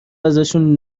ازشون